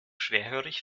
schwerhörig